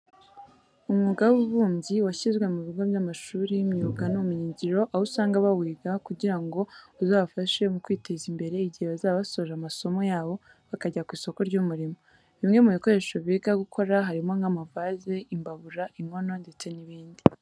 Umwuga w'ububumbyi washyizwe mu bigo by'amashuri y'imyuga n'ubumenyingiro, aho usanga bawiga kugira ngo uzabafashe mu kwiteza imbere igihe bazaba basoje amasomo yabo bakajya ku isoko ry'umurimo. Bimwe mu bikoresho biga gukora harimo nk'amavaze, imbabura, inkono ndetse n'ibindi.